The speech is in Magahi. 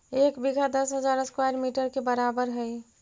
एक बीघा दस हजार स्क्वायर मीटर के बराबर हई